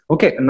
Okay